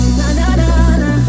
na-na-na-na